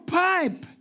pipe